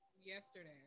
Yesterday